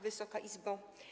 Wysoka Izbo!